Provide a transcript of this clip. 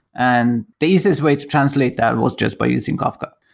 and the easiest way to translate that was just by using kafka.